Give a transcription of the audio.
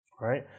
right